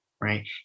right